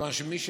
מכיוון שמי,